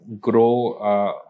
grow